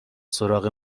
سراغ